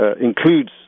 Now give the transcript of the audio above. includes